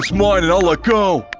it's mine, and i'll let go!